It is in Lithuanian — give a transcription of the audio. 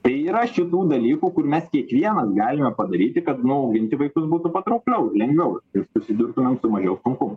tai yra šitų dalykų kur mes kiekvienas galime padaryti kad nu auginti vaikus būtų patraukliau lengviau ir susidurtumėm su mažiau sunkumų